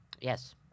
Yes